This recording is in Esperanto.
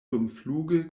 dumfluge